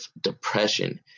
depression